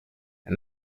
and